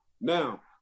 Now